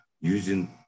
using